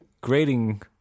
grading